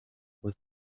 with